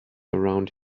around